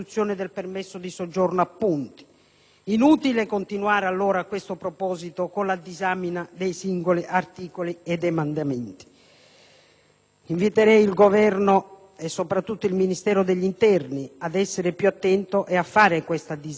Inutile continuare allora con la disanima dei singoli articoli ed emendamenti. Inviterei il Governo, soprattutto il Ministero dell'interno, ad essere più attento e a fare questa disamina prima di incorrere in disdicevoli